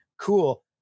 cool